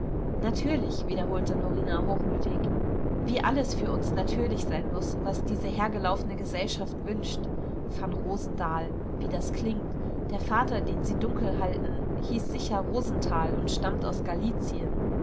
natürlich wiederholte norina hochmütig wie alles für uns natürlich sein muß was diese hergelaufene gesellschaft wünscht vanrosendahl wie das klingt der vater den sie dunkel halten hieß sicher rosenthal und stammt aus galizien